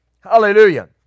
Hallelujah